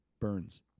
burns